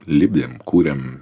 lipdėm kūrėm